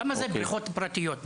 כמה זה בבריכות פרטיות?